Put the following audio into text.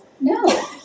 no